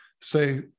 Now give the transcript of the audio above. say